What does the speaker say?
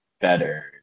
better